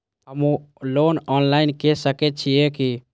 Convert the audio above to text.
हमू loan online के सके छीये की?